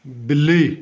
ਬਿੱਲੀ